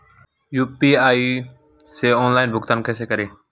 UPI से online भुगतान कैसे करें?